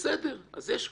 בסדר, יש קושי,